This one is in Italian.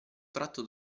tratto